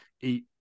eat